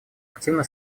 активно